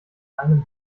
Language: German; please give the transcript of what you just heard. einem